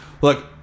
look